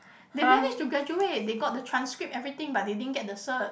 they managed to graduate they got the transcript everything but they didn't get the cert